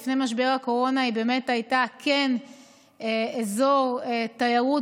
לפני משבר הקורונה היא באמת הייתה אזור תיירות,